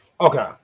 Okay